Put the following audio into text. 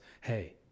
hey